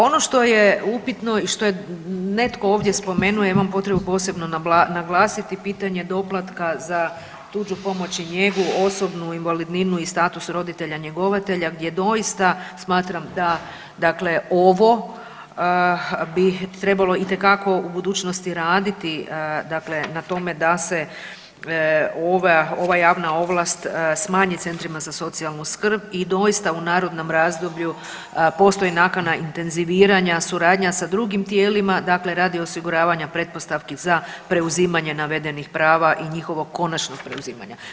Ono što je upitno i što je netko ovdje spomenuo ja imam potrebu posebno naglasiti, pitanja doplatka za tuđu pomoć i njegu, osobnu invalidninu i status roditelja njegovatelja gdje doista smatram da ovo bi itekako trebalo u budućnosti radi, dakle na tome da se ova, ova javna ovlast smanji centrima za socijalnu skrb i doista u narednom razdoblju postoji nakana intenziviranja, suradnja s drugim tijelima, dakle radi osiguravanja pretpostavki za preuzimanje navedenih prava i njihovog konačnog preuzimanja.